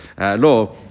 Law